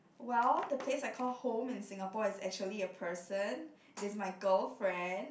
well the place I called home in Singapore is actually a person it is my girlfriend